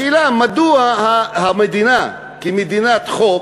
השאלה, מדוע המדינה, כמדינת חוק